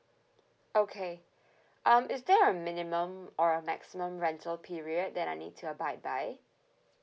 okay um is there a minimum or a maximum rental period that I need to abide by